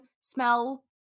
smell